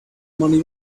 money